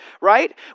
right